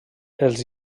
els